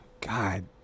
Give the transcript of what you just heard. God